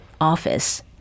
office